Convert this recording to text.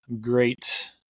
great